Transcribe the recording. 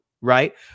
right